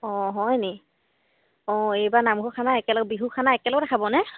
অঁ হয় নি অঁ এইবাৰ নামঘৰ খানা একেলগে বিহুৰ খানা একেলগে খাবনে